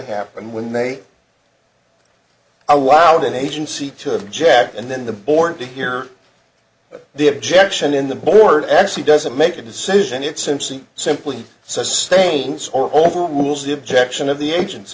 happened when they i woud an agency to object and then the board to hear the objection in the board actually doesn't make a decision it simpson simply sustains or overrules the objection of the agen